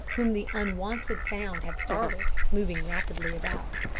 whom the unwonted sound had startled, moving rapidly about.